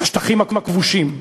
"השטחים הכבושים".